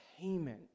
payment